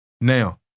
Now